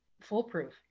foolproof